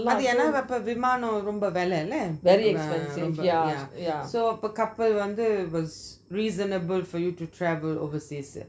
அது என்ன அப்போ விமானம் ரொம்ப வெள்ளாள undefined:athu enna apo vimanam romba vellala yeah so அப்போ கப்பல் வந்து:apo kappal vanthu was reasonable for you to travel overseas